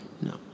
No